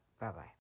Bye-bye